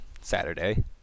Saturday